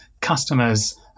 customers